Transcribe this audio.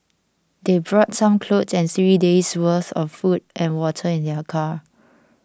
they brought some clothes and three days' worth of food and water in their car